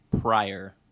prior